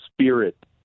spirit